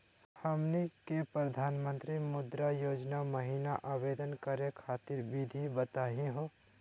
हमनी के प्रधानमंत्री मुद्रा योजना महिना आवेदन करे खातीर विधि बताही हो?